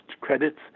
credits